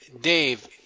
Dave